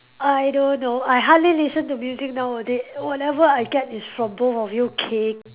I don't know I hardly listen to music nowadays whatever I get is from both of you K